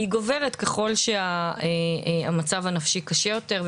גובר ככל שמצב הנפשי קשה יותר,